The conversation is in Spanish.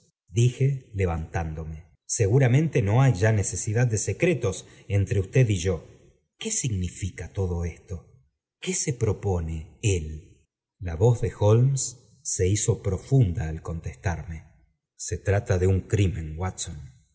dije levantándome seguramente no hay ya necesidad de secrekf entre usted y yo qué significa todo esto qué ge propone él la voz de holmes se hizo profunda al contesarme se trata de un crimen watson